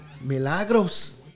milagros